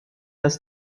das